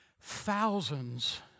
Thousands